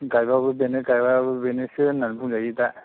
गाइबाबो बेनो गाइयाबाबो बेनोसो होन्नानै बुंजायो दा